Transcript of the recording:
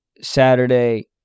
Saturday